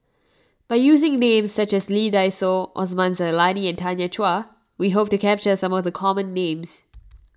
by using names such as Lee Dai Soh Osman Zailani and Tanya Chua we hope to capture some of the common names